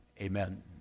Amen